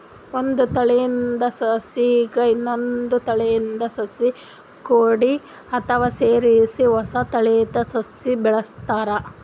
ಒಂದ್ ತಳೀದ ಸಸಿಗ್ ಇನ್ನೊಂದ್ ತಳೀದ ಸಸಿ ಕೂಡ್ಸಿ ಅಥವಾ ಸೇರಿಸಿ ಹೊಸ ತಳೀದ ಸಸಿ ಬೆಳಿತಾರ್